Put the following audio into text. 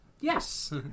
Yes